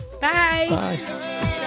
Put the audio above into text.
Bye